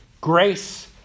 Grace